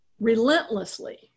relentlessly